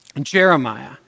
Jeremiah